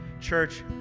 Church